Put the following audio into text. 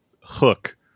hook